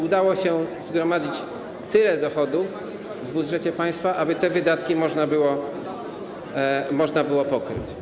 Udało się zgromadzić tyle dochodów w budżecie państwa, aby te wydatki można było pokryć.